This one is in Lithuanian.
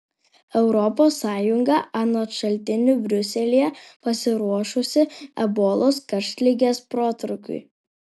europos sąjunga anot šaltinių briuselyje pasiruošusi ebolos karštligės protrūkiui